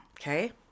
Okay